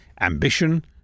ambition